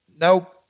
nope